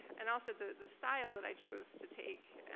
and also, the the style that i chose to take.